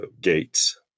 gates